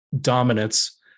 dominance